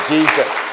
Jesus